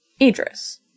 Idris